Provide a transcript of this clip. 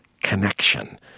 connection